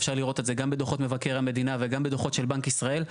אפשר לראות את זה גם בדוחות מבקר המדינה וגם בדוחות של בנק ישראל.